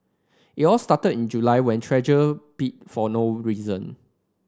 it all started in July when Treasure bit for no reason